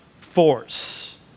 force